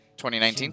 2019